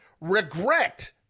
regret